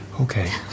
Okay